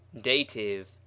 dative